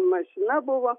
mašina buvo